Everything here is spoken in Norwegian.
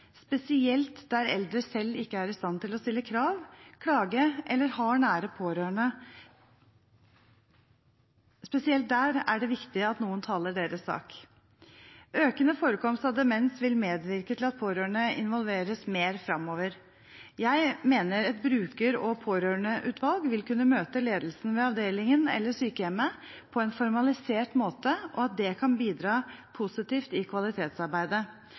spesielt der eldre selv ikke er i stand til å stille krav, klage eller har nære pårørende. Spesielt der er det viktig at noen taler deres sak. Økende forekomst av demens vil medvirke til at pårørende involveres mer framover. Jeg mener et bruker- og pårørendeutvalg vil kunne møte ledelsen ved avdelingen eller sykehjemmet på en formalisert måte, og at det kan bidra positivt i kvalitetsarbeidet.